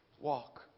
walk